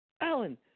Alan